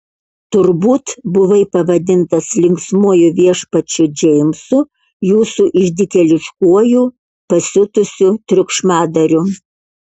turbūt buvai pavadintas linksmuoju viešpačiu džeimsu jūsų išdykėliškuoju pasiutusiu triukšmadariu